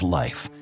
life